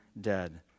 dead